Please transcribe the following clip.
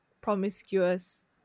promiscuous